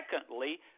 secondly